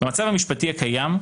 במצב המשפטי הקיים,